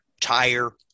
tire